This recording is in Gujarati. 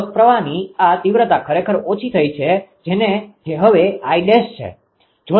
સ્રોત પ્રવાહની આ તીવ્રતા ખરેખર ઓછી થઈ છે જે હવે 𝐼′ છે